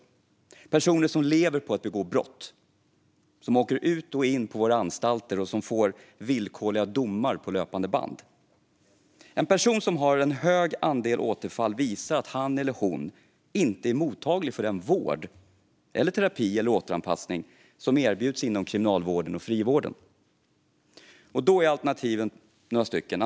Det är personer som lever på att begå brott, som åker ut och in på våra anstalter och som får villkorliga domar på löpande band. En person som har en hög andel återfall visar att han eller hon inte är mottaglig för den vård, terapi eller återanpassning som erbjuds inom kriminalvården och frivården. Då finns det några alternativ.